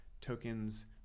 tokens